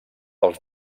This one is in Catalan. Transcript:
pels